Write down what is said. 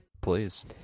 Please